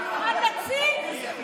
אתה הנציג?